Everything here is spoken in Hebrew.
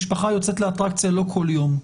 אטרקציות משפחה יוצאת לאטרקציה לא כל יום,